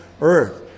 earth